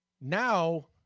Now